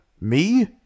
me